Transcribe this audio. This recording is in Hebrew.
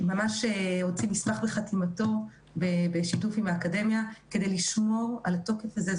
ממש הוציא מסמך בחתימתו בשיתוף עם האקדמיה כדי לשמור על התוקף הזה.